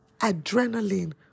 adrenaline